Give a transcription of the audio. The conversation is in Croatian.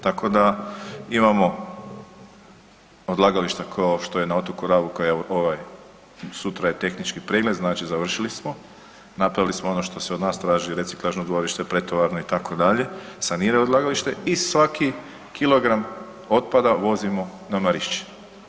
Tako da imamo odlagališta kao što je na otoku Rabu koja ovaj sutra je tehnički pregled, znači završili smo, napravili smo ono što se od nas traži reciklažno dvorište, pretovarano itd., sanirali odlagališta i svaki kilogram otpada vozimo na Marišćinu.